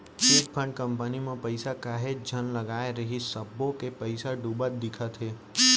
chit fund company म पइसा काहेच झन लगाय रिहिस सब्बो के पइसा डूबत दिखत हे